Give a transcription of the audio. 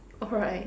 alright